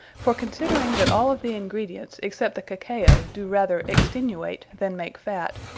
for considering that all of the ingredients, except the cacao, do rather extenuate, than make fat,